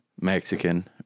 Mexican